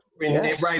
Right